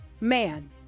man